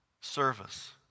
service